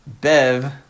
Bev